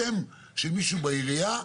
שם של מישהו בעירייה,